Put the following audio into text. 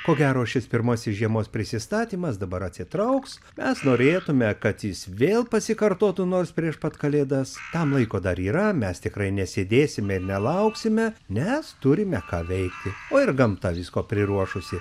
ko gero šis pirmasis žiemos prisistatymas dabar atsitrauks mes norėtume kad jis vėl pasikartotų nors prieš pat kalėdas tam laiko dar yra mes tikrai nesėdėsime ir nelauksime nes turime ką veikti o ir gamta visko priruošusi